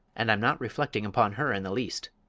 and i'm not reflecting upon her in the least.